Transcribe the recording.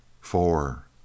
four